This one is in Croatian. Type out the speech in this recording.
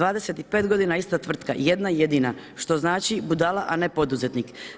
25 godina ista tvrtka, jedna jedina, što znači budala, a ne poduzetnik.